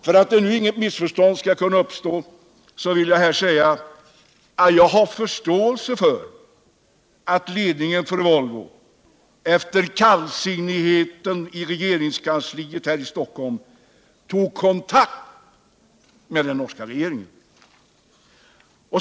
För att nu inget missförstånd skall uppstå vill jag här säga att jag har förståelse för att ledningen för Volvo efter kallsinnigheten i regeringskansliet här i Stockholm tog kontakt med den norska regeringen.